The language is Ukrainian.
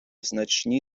значні